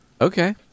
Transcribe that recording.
Okay